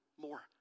more